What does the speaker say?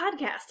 podcast